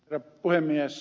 herra puhemies